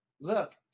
look